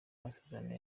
amasezerano